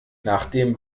nachdem